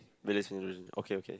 okay okay